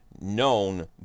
known